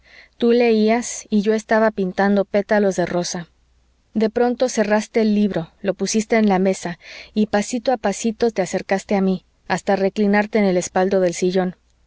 tú leías y yo estaba pintando pétalos de rosa de pronto cerraste el libro lo pusiste en la mesa y pasito a pasito te acercaste a mí hasta reclinarte en el respaldo del sillón